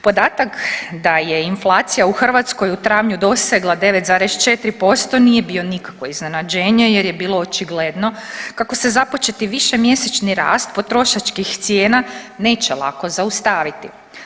Podatak da je inflacija u Hrvatskoj u travnju dosegla 9,4% nije bio nikakvo obrazloženje jer je bilo očigledno kako se započeti višemjesečni rast potrošačkih cijena neće lako zaustaviti.